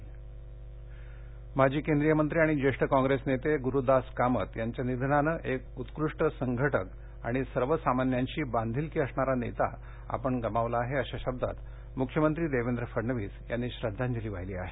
कामत माजी केंद्रीय मंत्री आणि ज्येष्ठ कॉंग्रेस नेते ग्रुदास कामत यांच्या निधनानं एक उत्कृष्ट संघटक आणि सर्वसामान्यांशी बांधिलकी असणारा नेता आपण गमावला आहे अशा शब्दात मुख्यमंत्री देवेंद्र फडणवीस यांनी श्रद्वाजली वाहिली आहे